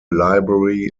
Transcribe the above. library